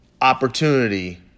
opportunity